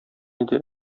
иде